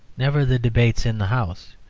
never the debates in the house.